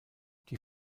die